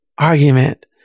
argument